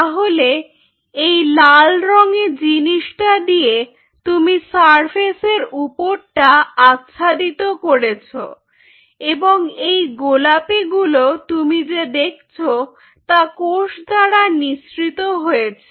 তাহলে এই লাল রঙের জিনিসটা দিয়ে তুমি সারফেসের উপরটা আচ্ছাদিত করেছ এবং এই গোলাপি গুলো তুমি যে দেখছো তা কোষ দ্বারা নিঃসৃত হয়েছে